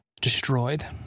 Destroyed